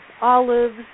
olives